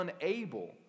unable